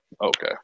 okay